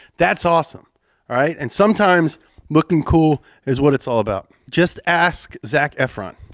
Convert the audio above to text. that's awesome. all right, and sometimes looking cool is what it's all about. just ask zac efron.